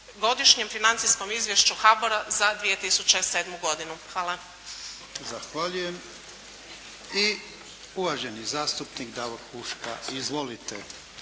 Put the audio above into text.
Godišnjem financijskom izvješću HBOR-a za 2007. godinu. Hvala. **Jarnjak, Ivan (HDZ)** Zahvaljujem. I uvaženi zastupnik Davor Huška. Izvolite.